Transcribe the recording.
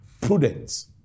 prudence